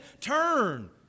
turn